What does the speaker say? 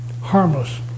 harmless